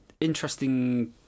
interesting